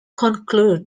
conclude